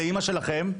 לאמא שלכם,